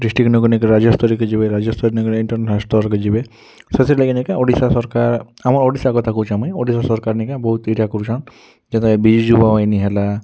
district କେ ନେଇ ରାଜ୍ୟ ସ୍ତରକୁ ଯିବେ ରାଜ୍ୟ ସ୍ତର ନିକୁ କେ ଇଣ୍ଟନ୍ୟାସନାଲ୍ ସ୍ତରକୁ ଯିବେ ଶେଷରେ ନେ କେ ଓଡ଼ିଶା ସରକାର ଆମ ଓଡ଼ିଶା କଥା କହୁଛି ଆମେ ଓଡ଼ିଶା ସରକାର ନି କେ ବହୁତ ଇଟା କରୁଁସନ୍ କେବେ ବିଜୟିନୀ ହେଲା